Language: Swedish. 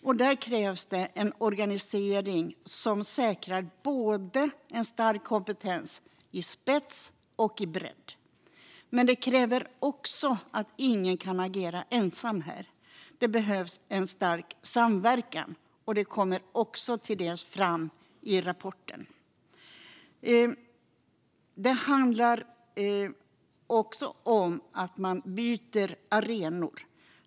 Därför krävs det en organisering som säkrar en stark kompetens både i spets och i bredd. Men ingen kan heller agera ensam här, utan det krävs en stark samverkan. Det kommer också fram i rapporten. Det handlar även om att förövarna byter arenor.